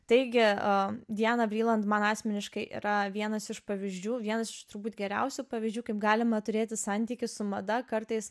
taigi diana vriland man asmeniškai yra vienas iš pavyzdžių vienas iš turbūt geriausių pavyzdžių kaip galima turėti santykį su mada kartais